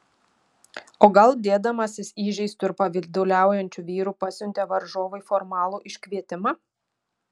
o gal dėdamasis įžeistu ir pavyduliaujančiu vyru pasiuntė varžovui formalų iškvietimą